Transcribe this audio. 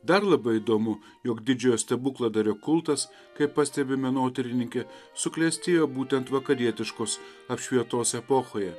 dar labai įdomu jog didžiojo stebukladario kultas kaip pastebi menotyrininkė suklestėjo būtent vakarietiškos apšvietos epochoje